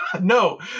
No